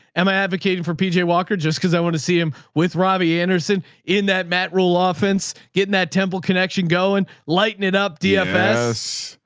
am i advocating for pj and walker? just cause i want to see him with robbie anderson in that mat rule ah offense, getting that temple connection going, lighten it up. dfs.